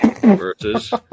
versus